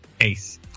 ace